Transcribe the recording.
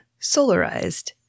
solarized